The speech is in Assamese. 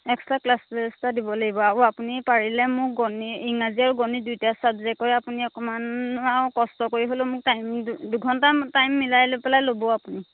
এক্সট্ৰা ক্লাছেছ দিব লাগিব আৰু আপুনি পাৰিলে মোক ইংৰাজী আৰু গণিত দুইটা ছাবজেক্টৰে আপুনি অকণমান আৰু কষ্ট কৰি হ'লেও মোক টাইম দুঘণ্টা টাইম মিলাই লৈ পেলাই ল'ব আপুনি